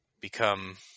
become